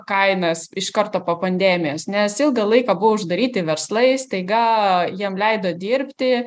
kainas iš karto po pandemijos nes ilgą laiką buvo uždaryti verslai staiga jiem leido dirbti